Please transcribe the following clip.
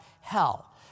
hell